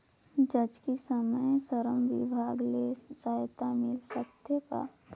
जचकी समय श्रम विभाग ले सहायता मिल सकथे का?